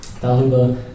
darüber